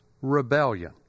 rebellion